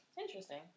Interesting